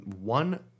one